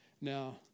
Now